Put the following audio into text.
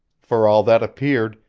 for all that appeared,